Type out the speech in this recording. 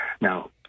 Now